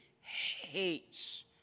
hates